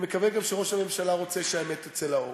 אני מקווה גם שראש הממשלה רוצה שהאמת תצא לאור.